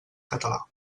català